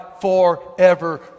forever